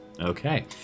Okay